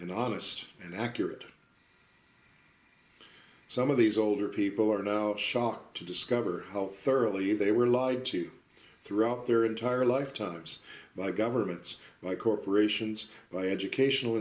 and honest and accurate some of these older people are now shocked to discover how thoroughly they were lied to throughout their entire lifetimes by governments by corporations by educational